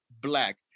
black